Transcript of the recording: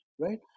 right